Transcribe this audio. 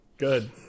Good